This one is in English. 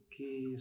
Okay